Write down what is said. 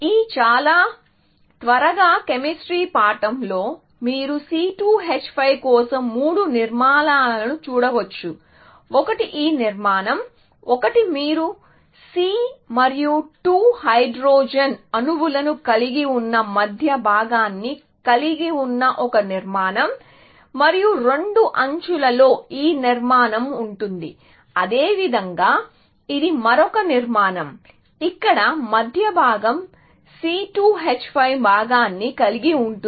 ఈ చాలా త్వరగా కెమిస్ట్రీ పాఠంలో మీరు C2 H5 కోసం మూడు నిర్మాణాలను చూడవచ్చు ఒకటి ఈ నిర్మాణం ఒకటి మీరు సి మరియు 2 హైడ్రోజన్ అణువులను కలిగి ఉన్న మధ్య భాగాన్ని కలిగి ఉన్న ఒక నిర్మాణం మరియు రెండు అంచులలో ఈ నిర్మాణం ఉంటుంది అదేవిధంగా ఇది మరొక నిర్మాణం ఇక్కడ మధ్య భాగం C2H5 భాగాన్ని కలిగి ఉంటుంది